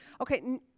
Okay